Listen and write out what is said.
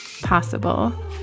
possible